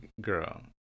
Girl